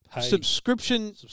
subscription